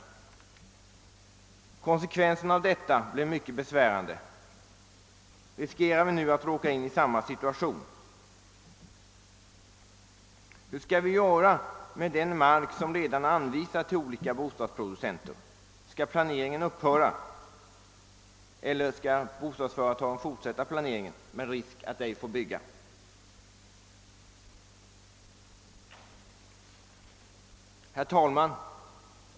Konsekvensen därav blev mycket besvärande. Riskerar vi nu att råka in i samma situation? Hur skall vi göra med den mark som redan anvisats till olika bostadsproducenter? Skall planeringen upphöra eller skall bostadsföretagen fortsätta planeringen med risk att icke få bygga? Herr talman!